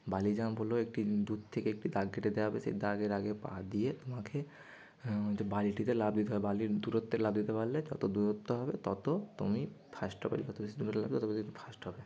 বালি জাম্প হল একটি দূর থেকে একটি একটা দাগ কেটে দেওয়া হবে সেই দাগের আগে পা দিয়ে তোমাকে হচ্ছে বালিটিতে লাফ দিতে হবে বালির দূরত্বে লাফ দিতে পারলে যত দূরত্ব হবে তত তুমি ফার্স্ট হবে যত বেশি দূরত্ব হবে তত বেশি তুমি ফার্স্ট হবে